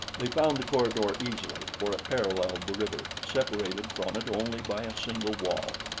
they found the corridor easily, for it paralleled the river, separated from it only by a single wall.